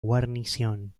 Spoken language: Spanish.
guarnición